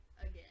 again